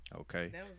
Okay